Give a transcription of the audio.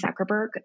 Zuckerberg